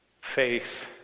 faith